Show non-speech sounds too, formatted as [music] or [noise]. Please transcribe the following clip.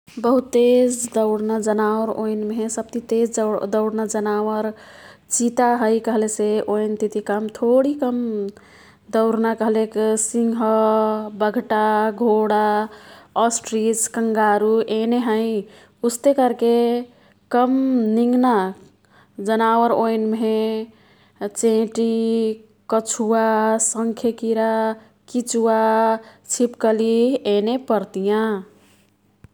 बहुत तेज दौड्ना जनावर ओईनमेहे सब्तितेज [unintelligible] दौड्ना जनावर चीता है। कह्केसे ओईनतिती कम थोडी कम दौर्ना कह्लेक सिंह, बघ्टा, घोडा, अस्ट्रीच ,कंगारू येने हैं। उस्ते कर्के कम निंगना जनावर ओईनमेहे चेंटी, कछुवा, शंखेकिरा, किचुवा छिप्कली येने पर्तियाँ।